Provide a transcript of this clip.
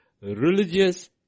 religious